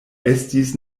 estis